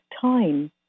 time